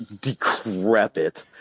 decrepit